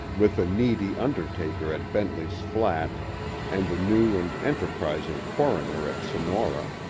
with a needy undertaker at bentley's flat and a new and enterprising coroner at sonora.